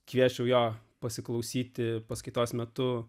kviesčiau jo pasiklausyti paskaitos metu